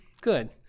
Good